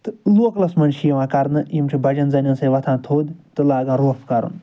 تہٕ لوکلَس مَنٛز چھِ یِوان کَرنہٕ یِم چھِ بَجیٚن زَنیٚن سۭتۍ وۄتھان تھوٚد تہٕ لاگان روٚف کَرُن